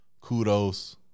kudos